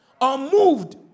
unmoved